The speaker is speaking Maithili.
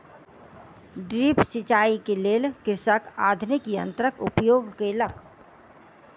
ड्रिप सिचाई के लेल कृषक आधुनिक यंत्रक उपयोग केलक